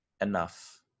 enough